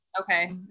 Okay